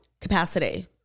Capacity